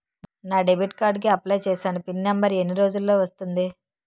నా debit card కి apply చూసాను పిన్ నంబర్ ఎన్ని రోజుల్లో వస్తుంది?